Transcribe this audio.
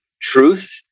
truth